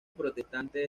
protestante